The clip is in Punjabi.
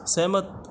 ਸਹਿਮਤ